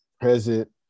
present